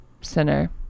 Center